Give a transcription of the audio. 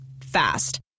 Fast